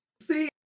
see